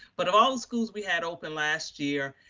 but all the schools we had opened last year,